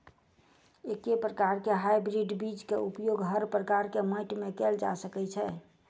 एके प्रकार केँ हाइब्रिड बीज केँ उपयोग हर प्रकार केँ माटि मे कैल जा सकय छै?